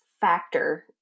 factor